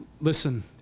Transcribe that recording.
Listen